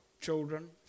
children